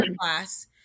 class